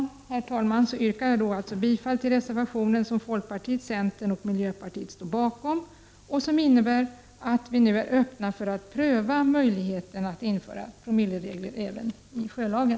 Med det anförda yrkar jag bifall till reservationen som folkpartiet, centern och miljöpartiet står bakom som innebär att vi nu är öppna för att pröva möjligheten att införa promilleregler även i sjölagen.